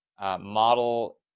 model